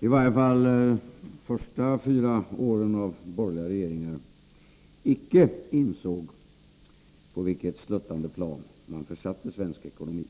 i varje fall under den borgerliga regeringens fyra första år icke insåg på vilket sluttande plan man försatte svensk ekonomi.